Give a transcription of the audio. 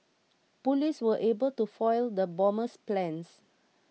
police were able to foil the bomber's plans